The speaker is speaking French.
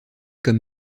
comme